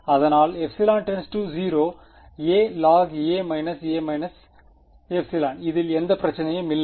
அதனால் ε → 0 alog a ε இதில் எந்த பிரச்சனையும் இல்லை